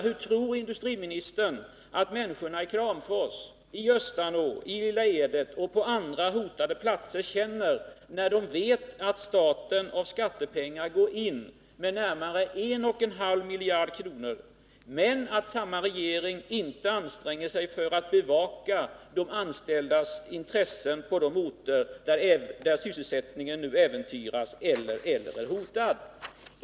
Hur tror industriministern att människorna i Kramfors, Östanå, Lilla Edet och på andra hotade platser känner det när de vet att staten går in med närmare en och en halv miljard kronor av skattepengar, men att samma regering inte anstränger sig för att bevaka de anställdas intressen på de orter där sysselsättningen nu äventyras eller hotas?